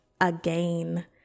again